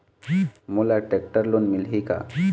मोला tractor loan मिलही का?